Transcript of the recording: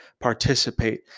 Participate